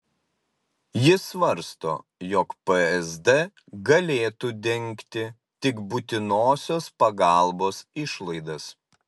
ji svarsto jog psd galėtų dengti tik būtinosios pagalbos išlaidas